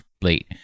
late